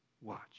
watch